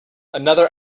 another